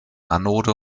anode